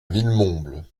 villemomble